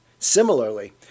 Similarly